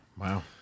Wow